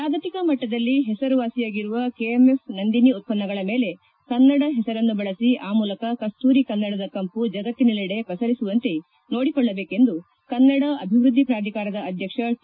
ಜಾಗತಿಕ ಮಟ್ಟದಲ್ಲಿ ಹೆಸರುವಾಸಿಯಾಗಿರುವ ಕೆಎಂಎಫ್ ನಂದಿನಿ ಉತ್ತನ್ನಗಳ ಮೇಲೆ ಕನ್ನಡ ಹೆಸರನ್ನು ಬಳಸಿ ಆ ಮೂಲಕ ಕಸ್ತೂರಿ ಕನ್ನಡದ ಕಂಪು ಜಗತ್ತಿನೆಲ್ಲೆಡೆ ಪಸರಿಸುವಂತೆ ನೋಡಿಕೊಳ್ಳಬೇಕೆಂದು ಕನ್ನಡ ಅಭಿವೃದ್ಧಿ ಪ್ರಾಧಿಕಾರದ ಅಧ್ಯಕ್ಷ ಟ